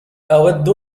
أود